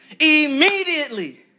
immediately